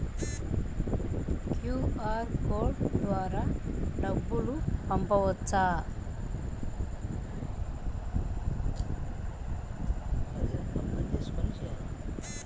QR code ద్వారా డబ్బులు పంపవచ్చా?